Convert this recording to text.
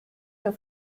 der